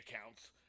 accounts